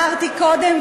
אמרתי קודם,